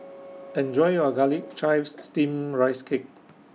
Enjoy your Garlic Chives Steamed Rice Cake